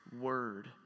word